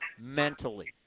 mentally